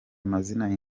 amazina